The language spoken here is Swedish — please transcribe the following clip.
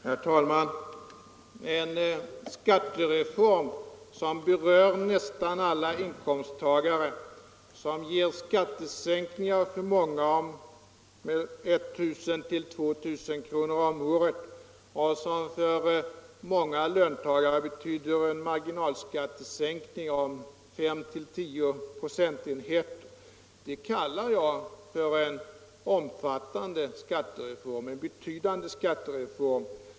Herr talman! En skattereform som berör nästan alla inkomsttagare, som ger skattesänkningar för många med 1 000-2 000 kronor om året och som för många löntagare betyder en marginalskattesänkning på 5-10 procentenheter kallar jag en betydande skattereform.